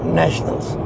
nationals